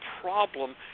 problem